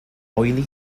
oily